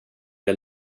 jag